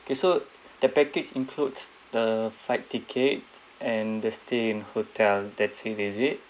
okay so the package includes the flight tickets and the stay in hotel that's it is it